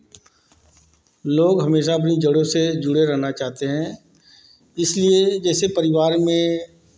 लोग हमेशा अपनी जड़ों से जुड़े रहना चाहते हैं इसलिए जैसे परिवार में